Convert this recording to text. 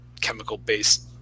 chemical-based